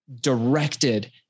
directed